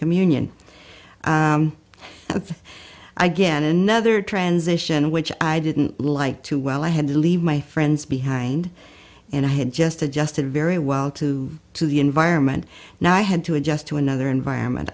communion with again another transition which i didn't like too well i had to leave my friends behind and i had just adjusted very well to to the environment now i had to adjust to another environment